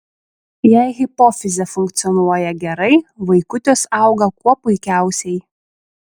jei hipofizė funkcionuoja gerai vaikutis auga kuo puikiausiai